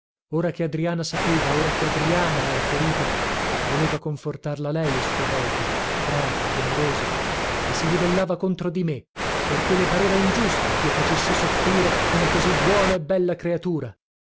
ora che adriana sapeva ora che adriana era ferita voleva confortarla lei a sua volta grata premurosa e si ribellava contro di me perché le pareva ingiusto chio facessi soffrire una così buona e bella creatura